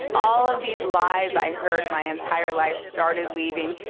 all of these lies i heard my entire life started leaving.